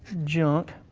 junk.